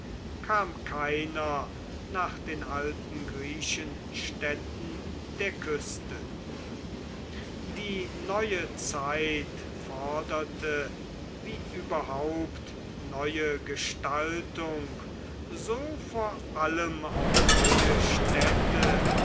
kam keiner nach den alten griechenstädten der küste die neue zeit forderte wie überhaupt neue gestaltung so vor allem auch neue städte